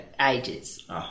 ages